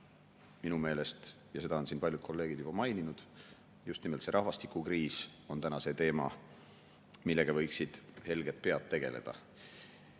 Minu meelest – seda on siin paljud kolleegid juba maininud – just nimelt rahvastikukriis on see teema, millega võiksid helged pead tegeleda.